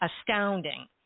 astounding